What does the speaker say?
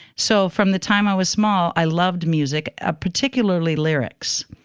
so from the time i was small, i loved music, ah particularly lyrics.